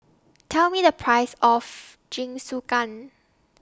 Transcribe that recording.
Tell Me The Price of Jingisukan